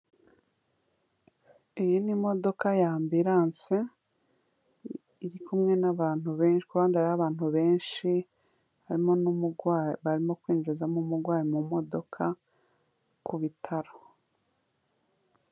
Iyi ni imodoka ya ambiranse, iri kumwe n'abantu be ku ruhande hariho abantu benshi, harimo n'umugwa barimo kwinjizamo umurwayi mu modoka ku bitaro.